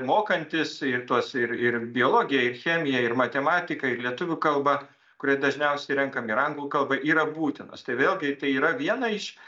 mokantis ir tuos ir ir biologiją ir chemiją ir matematiką ir lietuvių kalbą kurią dažniausiai renkam ir anglų kalbą yra būtinas tai vėlgi tai yra viena iš